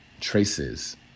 traces